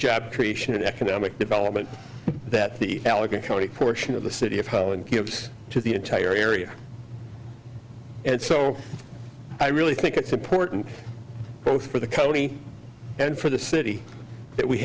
job creation and economic development that the allegheny county portion of the city of holland gives to the entire area and so i really think it's important for the county and for the city that we